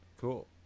Cool